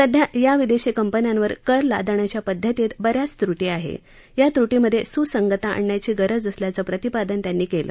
सध्या या विदशी कंपन्यांवर कर लादण्याच्या पद्धतीत ब याच त्रुटी आहत्त या त्रुटींमधधध सुसुगता आणण्याची गरज असल्याचं प्रतिपादन त्यांनी कले